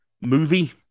movie